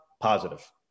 positive